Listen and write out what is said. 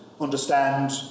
understand